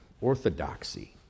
orthodoxy